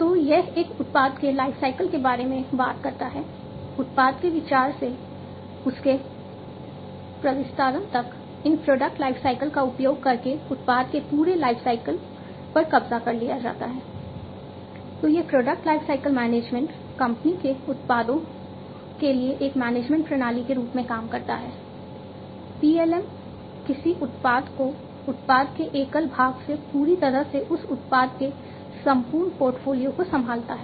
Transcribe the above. तो यह एक उत्पाद के लाइफसाइकिल के बारे में बात करता है उत्पाद के विचार से उसके प्रविस्तारण तक इन प्रोडक्ट लाइफसाइकिल का उपयोग करके उत्पाद के पूरे लाइफसाइकिल पर कब्जा कर लिया जाता है